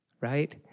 right